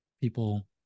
people